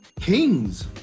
Kings